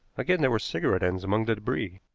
again there were cigarette-ends among the debris.